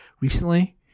Recently